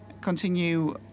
continue